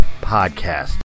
podcast